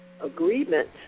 agreement